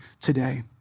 today